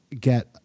get